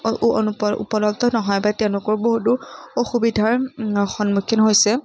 অনুপ উপলব্ধ নহয় বা তেওঁলোকৰ বহুতো অসুবিধাৰ সন্মুখীন হৈছে